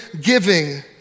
giving